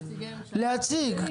כנציגי משרדי ממשלה להציג --- להציג,